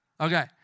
Okay